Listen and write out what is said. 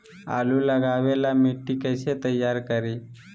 आलु लगावे ला मिट्टी कैसे तैयार करी?